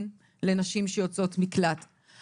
לנשים שיוצאות ממקלט לנשים מוכות,